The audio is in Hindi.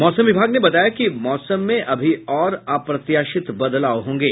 मौसम विभाग ने बताया कि मौसम में अभी और अप्रत्याशित बदलाव होंगे